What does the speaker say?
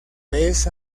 vez